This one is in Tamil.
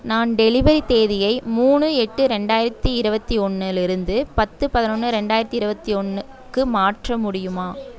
நான் டெலிவரி தேதியை மூணு எட்டு ரெண்டாயிரத்து இருபத்தி ஒன்றிலிருந்து பத்து பதினொன்று ரெண்டாயிரத்து இருபத்தி ஒன்றுக்கு மாற்ற முடியுமா